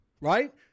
right